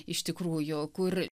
iš tikrųjų kur